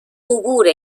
عبور